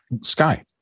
Sky